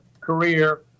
career